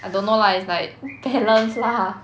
I don't know lah is like balance lah